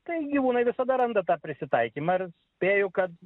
tai gyvūnai visada randa tą prisitaikymą ir spėju kad